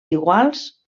iguals